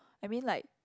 I mean like